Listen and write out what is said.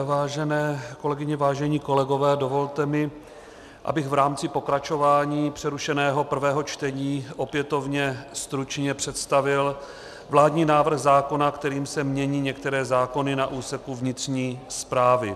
Vážené kolegyně, vážení kolegové, dovolte mi, abych v rámci pokračování přerušeného prvého čtení opětovně stručně představil vládní návrh zákona, kterým se mění některé zákony na úseku vnitřní správy.